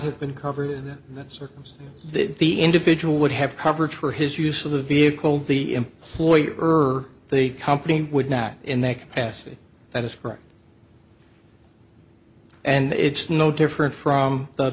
have been covered in that circumstance that the individual would have coverage for his use of the vehicle the employee urged the company would not in that capacity that is present and it's no different from the